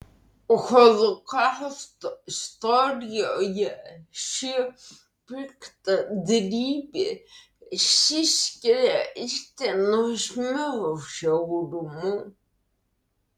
holokausto istorijoje ši piktadarybė išsiskiria itin nuožmiu žiaurumu